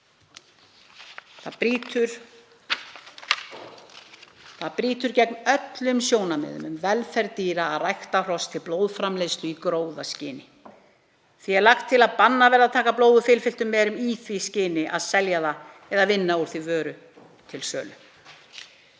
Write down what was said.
Það brýtur gegn öllum sjónarmiðum um velferð dýra að rækta hross til blóðframleiðslu í gróðaskyni. Því er lagt til að bannað verði að taka blóð úr fylfullum merum í því skyni að selja það eða vinna úr því vöru til sölu.